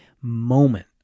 moment